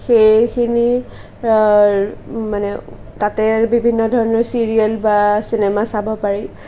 সেইখিনি মানে তাতে বিভিন্ন ধৰণৰ চিৰিয়েল বা চিনেমা চাব পাৰি